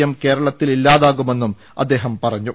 M കേരളത്തിൽ ഇല്ലാതാകുമെന്ന് അദ്ദേഹം പറഞ്ഞു